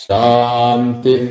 Shanti